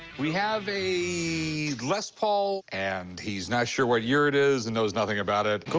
we have a les paul. and he's not sure what year it is and knows nothing about it. cool.